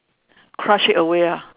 crush it away ah